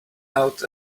out